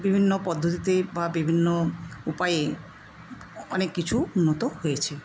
বিভিন্ন পদ্ধতিতে বা বিভিন্ন উপায়ে অনেক কিছু উন্নত হয়েছে